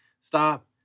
Stop